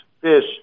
fish